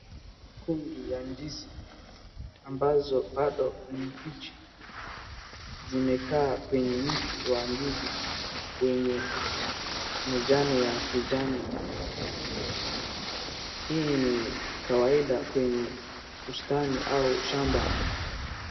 Mgomba ya ndizi ambazo bado ni mbichi, zimekaa kwenye miti wa ndizi wenye majani ya kijani, hii ni kawaida kwenye bustani au shamba.